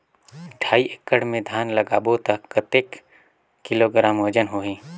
ढाई एकड़ मे धान लगाबो त कतेक किलोग्राम वजन होही?